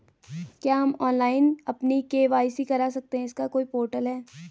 क्या हम ऑनलाइन अपनी के.वाई.सी करा सकते हैं इसका कोई पोर्टल है?